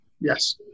yes